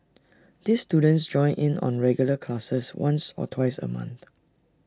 these students join in on regular classes once or twice A month